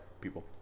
people